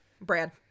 Brad